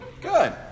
good